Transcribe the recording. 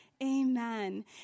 Amen